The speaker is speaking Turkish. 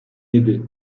yedi